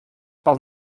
pel